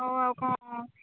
ହଉ ଆଉ କ'ଣ